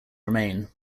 remain